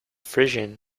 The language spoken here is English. frisian